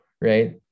right